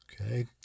Okay